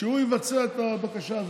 שהוא יבצע את הבקשה הזאת.